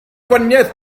gwahaniaeth